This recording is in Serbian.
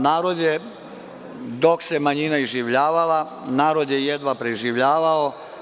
Narod je, dok se manjina iživljavala, jedva preživljavao.